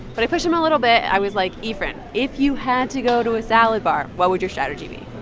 but i pushed him a little bit. i was like, efren, if you had to go to a salad bar, what would your strategy be?